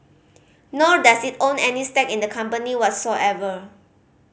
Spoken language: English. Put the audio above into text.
nor does it own any stake in the company whatsoever